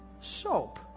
soap